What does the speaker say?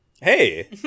Hey